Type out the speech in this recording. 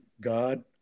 God